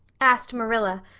asked marilla,